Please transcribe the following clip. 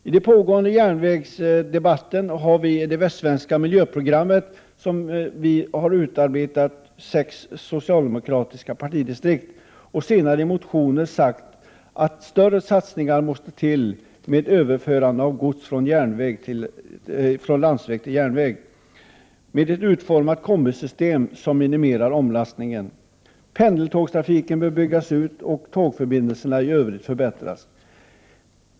I den pågående järnvägsdebatten har vi i det västsvenska miljöprogrammet — som utarbetats av sex socialdemokratiska partidistrikt — och senare också i motioner sagt att större satsningar måste till med överförande av gods från landsväg till järnväg, med ett utformat kombisystem som minimierar omlastningen. Pendeltågstrafiken bör byggas ut och tågförbindelserna i övrigt förbättras.